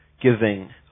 giving